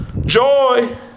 joy